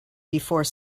before